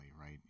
right